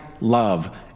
love